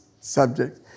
subject